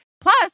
Plus